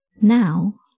Now